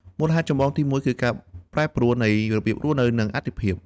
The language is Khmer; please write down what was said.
មូលហេតុចម្បងទីមួយ គឺ ការប្រែប្រួលនៃរបៀបរស់នៅ និងអាទិភាព។